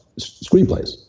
screenplays